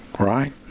Right